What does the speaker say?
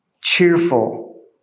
cheerful